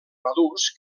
madurs